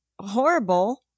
horrible